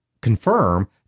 confirm